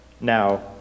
Now